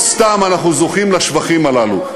לא סתם אנחנו זוכים לשבחים הללו.